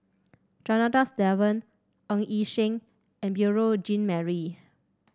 Janadas Devan Ng Yi Sheng and Beurel Jean Marie